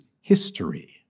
History